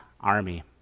army